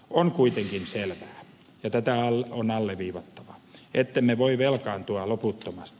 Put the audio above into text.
on kuitenkin selvää ja tätä on alleviivattava ettemme voi velkaantua loputtomasti